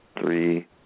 three